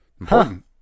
Important